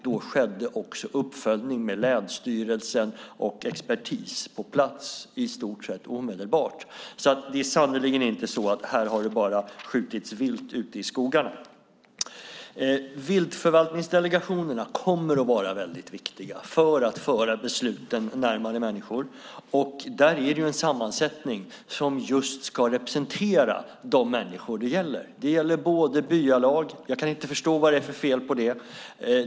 Då skedde också uppföljning med länsstyrelsen och expertis på plats i stort sett omedelbart. Det är sannerligen inte så att det bara har skjutits vilt ute i skogarna. Viltförvaltningsdelegationerna kommer att vara väldigt viktiga för att föra besluten närmare människor. De har en sammansättning som ska representera just de människor det gäller. Det gäller byalag - jag kan inte förstå var det är för fel på det.